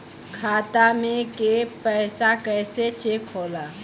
खाता में के पैसा कैसे चेक होला?